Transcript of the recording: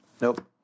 nope